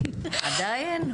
עדיין?